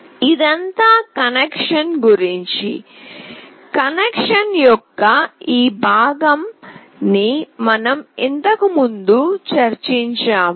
ఇదంతా కనెక్షన్ గురించి కనెక్షన్ యొక్క ఈ భాగం ని మనం ఇంతకుముందు చర్చించాము